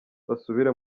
basubire